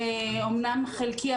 אמנם חלקי,